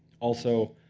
also,